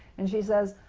and she says,